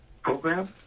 program